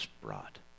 brought